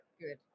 good